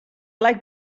like